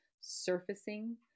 surfacing